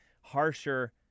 harsher